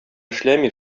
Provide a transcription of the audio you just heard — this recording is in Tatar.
эшләми